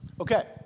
Okay